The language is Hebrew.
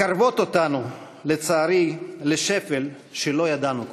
מקרבות אותנו, לצערי, לשפל שלא ידענו כמותו.